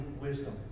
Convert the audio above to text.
wisdom